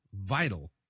vital